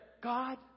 God